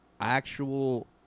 actual